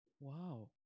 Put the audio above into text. Wow